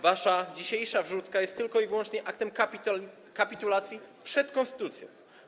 Wasza dzisiejsza wrzutka jest tylko i wyłącznie aktem kapitulacji przed konstytucyjną.